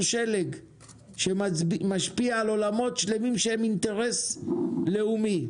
שלג שמשפיע על עולמות שלמים שהם אינטרס לאומי.